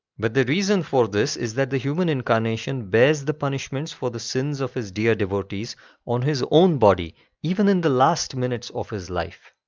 but the reason for it is that the human incarnation bears the punishments for the sins of his dear devotees on his own body even in the last minutes of his life.